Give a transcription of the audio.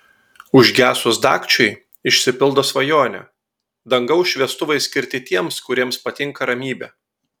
užgesus dagčiui išsipildo svajonė dangaus šviestuvai skirti tiems kuriems patinka ramybė